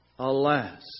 Alas